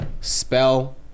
spell